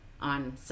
on